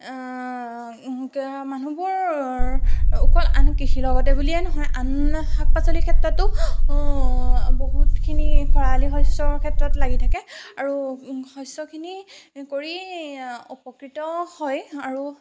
মানুহবোৰ অকল আন কৃষিৰ লগতে বুলিয়ে নহয় আন শাক পাচলি ক্ষেত্ৰতো বহুতখিনি খৰালি শস্যৰ ক্ষেত্ৰত লাগি থাকে আৰু শস্যখিনি কৰি উপকৃত হয় আৰু